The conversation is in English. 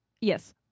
Yes